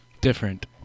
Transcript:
different